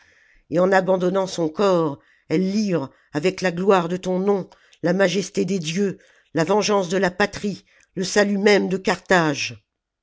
et en abandonnant son corps elle livre avec la gloire de ton nom la majesté des dieux la vengeance de la patrie le salut même de carthage